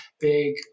big